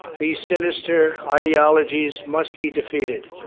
these sinister ideologies must be defeated.